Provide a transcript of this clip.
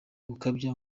gukabya